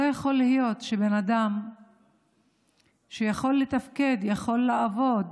לא יכול להיות שבן אדם שיכול לתפקד, שיכול לעבוד,